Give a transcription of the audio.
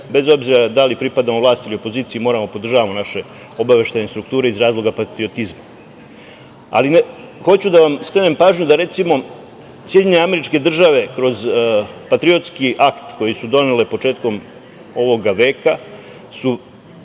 bez obzira da li pripadamo vlasti ili opoziciji, moramo da podržavamo naše obaveštajne strukture iz razloga patriotizma. Hoću da vam skrenem pažnju da, recimo, SAD kroz patriotski akt koji su donele početkom ovog veka, su